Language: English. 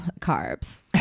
carbs